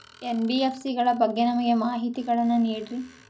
NBFC ಗಳ ಬಗ್ಗೆ ನಮಗೆ ಮಾಹಿತಿಗಳನ್ನ ನೀಡ್ರಿ?